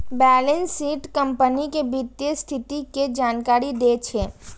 balance sheet company के वित्तीय स्थिति के जानकारी दै छै